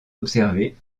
observer